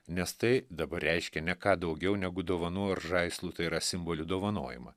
nes tai dabar reiškia ne ką daugiau negu dovanų ar žaislų tai yra simbolių dovanojimą